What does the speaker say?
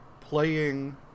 playing